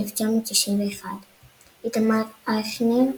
1961 איתמר אייכנר,